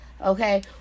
Okay